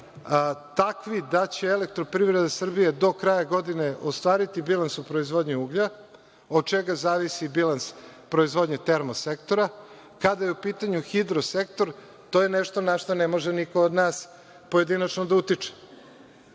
takvi da će „Elektroprivreda Srbije“ do kraja godine ostvariti bilans u proizvodnji uglja, od čega zavisi bilans proizvodnje termosektora. Kada je u pitanju hidrosektor, to je nešto na šta ne može niko od nas pojedinačno da utiče.